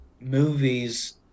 movies